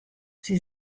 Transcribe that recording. sie